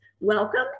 Welcome